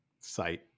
site